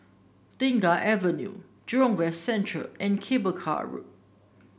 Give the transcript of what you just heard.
Tengah Avenue Jurong West Central and Cable Car Road